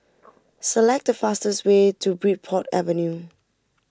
select the fastest way to Bridport Avenue